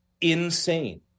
insane